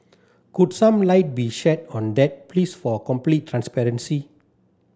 could some light be shed on that please for complete transparency